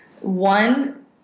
One